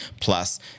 plus